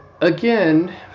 again